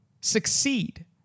succeed